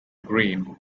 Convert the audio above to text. greene